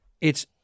it's-